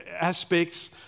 aspects